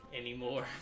Anymore